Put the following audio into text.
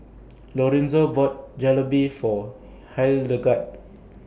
Lorenzo bought Jalebi For Hildegard